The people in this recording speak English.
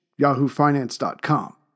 yahoofinance.com